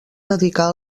dedicar